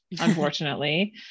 unfortunately